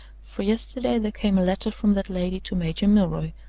for yesterday there came a letter from that lady to major milroy,